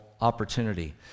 opportunity